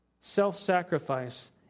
self-sacrifice